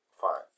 fine